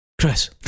Chris